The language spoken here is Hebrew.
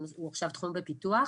הוא עכשיו תחום בפיתוח.